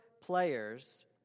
players